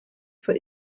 vor